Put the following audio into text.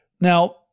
Now